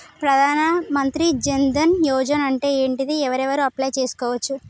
ప్రధాన మంత్రి జన్ ధన్ యోజన అంటే ఏంటిది? ఎవరెవరు అప్లయ్ చేస్కోవచ్చు?